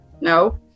No